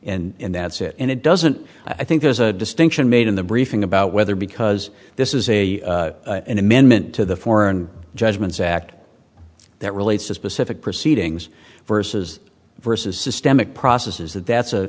and that's it and it doesn't i think there's a distinction made in the briefing about whether because this is a an amendment to the foreign judgments act that relates to specific proceedings versus versus systemic processes that that's a